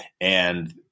and-